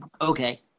Okay